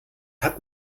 hat